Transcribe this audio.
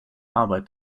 arbeit